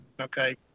okay